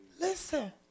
Listen